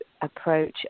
approach